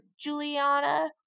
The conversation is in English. Juliana